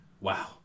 Wow